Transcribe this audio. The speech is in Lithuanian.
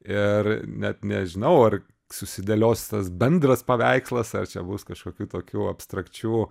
ir net nežinau ar susidėlios tas bendras paveikslas ar čia bus kažkokių tokių abstrakčių